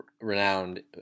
renowned